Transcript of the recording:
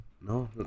no